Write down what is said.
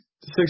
Six